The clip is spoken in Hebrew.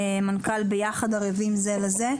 מנכ"ל "ביחד ערבים זה לזה",